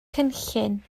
cynllun